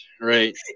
Right